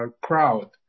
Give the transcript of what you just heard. crowd